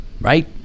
right